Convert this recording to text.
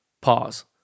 Pause